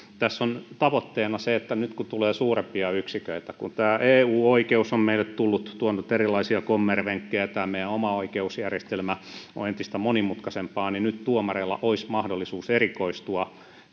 tässä on tavoitteena se että nyt kun tulee suurempia yksiköitä kun tämä eu oikeus on meille tullut tuonut erilaisia kommervenkkejä tämä meidän oma oikeusjärjestelmämme on entistä monimutkaisempaa niin nyt tuomareilla olisi mahdollisuus erikoistua